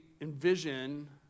envision